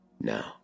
now